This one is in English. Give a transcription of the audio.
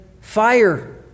fire